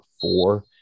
four